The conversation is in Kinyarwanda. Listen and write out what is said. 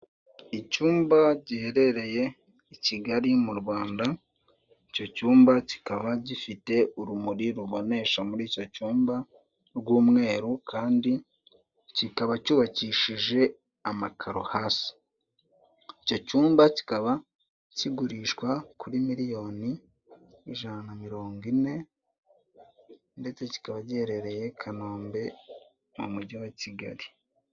Icyumba giherereye i Kigali mu Rwanda, icyo cyumba kikaba gifite urumuri rubonesha muri icyo cyumba rw'umweru, kandi kikaba cyubakishije amakaro hasi. Icyo cyumba kikaba kigurishwa kuri miliyoni, ijana na mirongo ine, ndetse kikaba giherereye i Kanombe, mu mujyi wa Kigali.